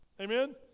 Amen